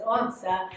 answer